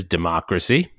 Democracy